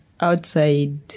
outside